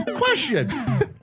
Question